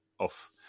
Off